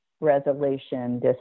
resolution